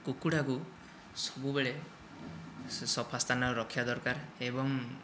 କୁକୁଡ଼ାକୁ ସବୁବେଳେ ସଫା ସ୍ଥାନରେ ରଖିବା ଦରକାର ଏବଂ